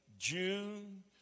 June